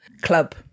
club